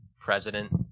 president